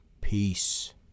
Peace